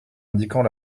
indiquant